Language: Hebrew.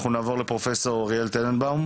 אנחנו נעבור לפרופסור אריאל טננבאום,